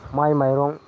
माइ माइरं